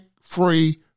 free